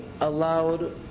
allowed